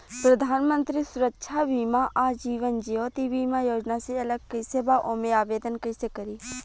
प्रधानमंत्री सुरक्षा बीमा आ जीवन ज्योति बीमा योजना से अलग कईसे बा ओमे आवदेन कईसे करी?